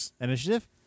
Initiative